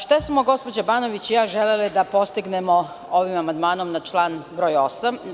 Šta smo gospođa Banović i ja želele da postignemo ovim amandmanom na član 8?